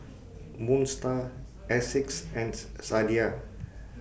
Moon STAR Asics and Sadia